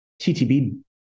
TTB